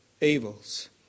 evils